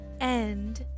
end